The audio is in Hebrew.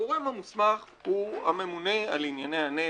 והגורם המוסמך הוא הממונה על ענייני הנפט,